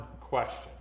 question